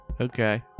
Okay